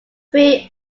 three